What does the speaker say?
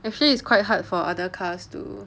actually it's quite hard for other cars to